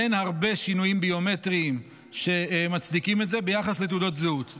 אין הרבה שינויים ביומטריים שמצדיקים את זה ביחס לתעודות זהות.